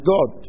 God